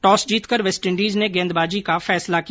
toss जीतकर West Indies ने गेंदबाजी का फैसला किया